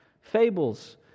fables